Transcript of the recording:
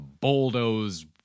bulldoze